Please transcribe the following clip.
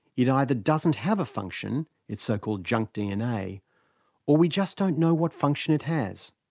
it either doesn't have a function it's so-called junk dna or we just don't know what function it has.